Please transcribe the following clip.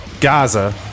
Gaza